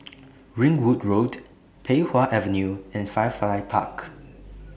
Ringwood Road Pei Wah Avenue and Firefly Park